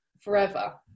forever